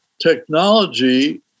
technology